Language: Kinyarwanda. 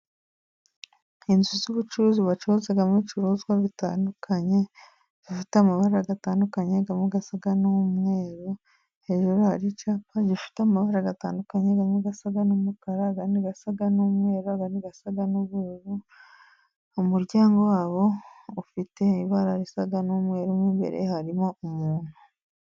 Inzu z'ubucuruzi bacuruzamo ibicuruzwa bitandukanye bifite amabara atandukanye, amwe asa n'umweru. Hejuru hari icyapa gifite amabara atandukanye amwe asa n'umukara, andi asa n'umweru, andi asa n'ubururu. Umuryango wabo ufite ibara risa n'umweru, mo imbere. Harimo umuntu.